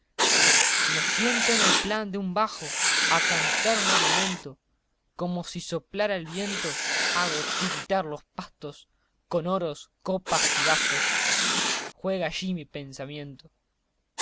me siento en el plan de un bajo a cantar un argumento como si soplara el viento hago tiritar los pastos con oros copas y bastos juega allí mi pensamiento